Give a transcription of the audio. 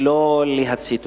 ולא להצתתה.